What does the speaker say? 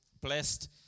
blessed